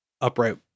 upright